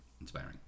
inspiring